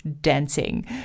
dancing